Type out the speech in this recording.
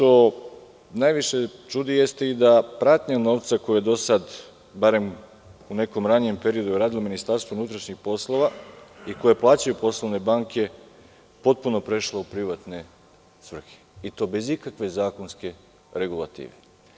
Ono što me najviše čudi jeste da je pratnja novca koju je u nekom ranijem periodu radilo Ministarstvo unutrašnjih poslova i koju plaćaju poslovne banke potpuno prešla u privatne svrhe, i to bez ikakve zakonske regulative.